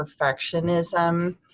perfectionism